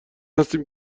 هستیم